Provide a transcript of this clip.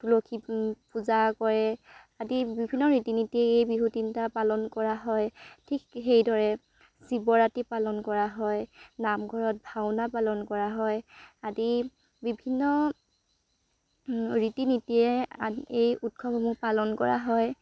তুলসী পূজা কৰে আদি বিভিন্ন ৰীতি নীতি এই বিহু তিনিটা পালন কৰা হয় ঠিক সেইদৰে শিৱৰাত্ৰি পালন কৰা হয় নামঘৰত ভাওনা পালন কৰা হয় আদি বিভিন্ন ৰীতি নীতিৰে এই উৎসৱসমূহ পালন কৰা হয়